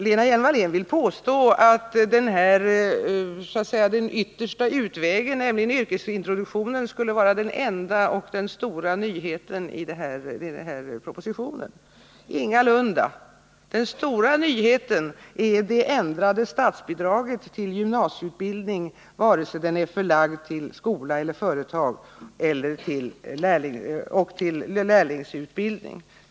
Lena Hjelm-Wallén vill påstå att den yttersta utvägen, nämligen yrkesintroduktionen, skulle vara den enda och stora nyheten i denna proposition. Ingalunda! Den stora nyheten är det ändrade statsbidraget till gymnasieutbildning, vare sig den är förlagd till skola eller företag, och till lärlingsutbildning.